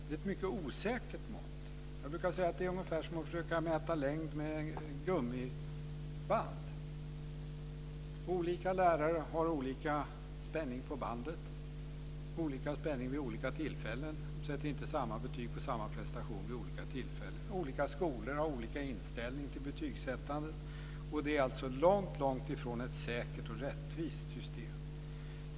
De är mycket osäkra mått. Det är ungefär som att försöka mäta längd med gummiband. Olika lärare har olika spänning på bandet, olika spänning vid olika tillfällen, sätter inte samma betyg på samma prestation vid olika tillfällen. Olika skolor har olika inställning till betygsättande. Det är långt ifrån ett säkert och rättvist system.